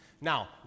Now